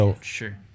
Sure